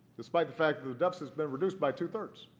despite the fact that the deficit has been reduced by two-thirds.